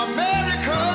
America